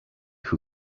who